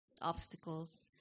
obstacles